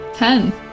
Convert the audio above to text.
Ten